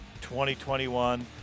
2021